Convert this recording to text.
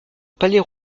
palais